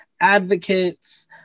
advocates